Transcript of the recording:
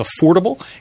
affordable